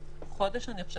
חודש אני חושבת,